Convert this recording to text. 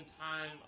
time